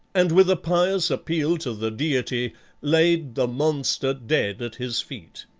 and with a pious appeal to the deity laid the monster dead at his feet.